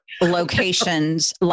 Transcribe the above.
locations